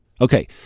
Okay